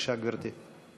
בבקשה, גברתי.